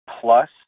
plus